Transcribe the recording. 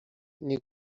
nie